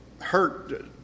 hurt